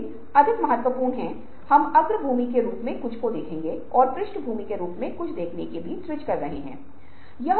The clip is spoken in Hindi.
लेकिन दूसरी तरफ रचनात्मकता एक अलग सोच है